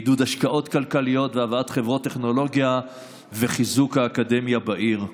בעידוד השקעות כלכליות והבאת חברות טכנולוגיה ובחיזוק האקדמיה בעיר.